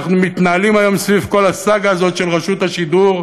אנחנו מתנהלים היום סביב כל הסאגה הזאת של רשות השידור,